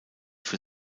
für